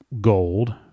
gold